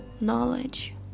knowledge